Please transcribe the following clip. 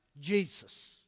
Jesus